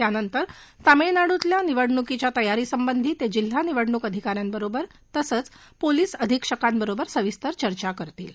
त्यानंतर तामिळनाडूतल्या निवडणूकीच्या तयारीसंबधी ताजिल्हा निवडणूक अधिकाऱ्यांबरोबर तसंच पोलिस अधिक्षकांबरोबर सविस्तर चर्चा करतील